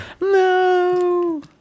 No